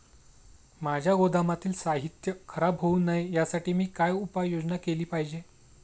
माझ्या गोदामातील साहित्य खराब होऊ नये यासाठी मी काय उपाय योजना केली पाहिजे?